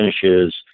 finishes